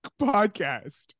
podcast